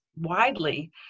widely